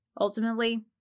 ultimately